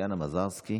טטיאנה מזרסקי,